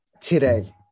today